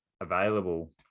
available